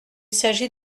s’agit